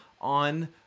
on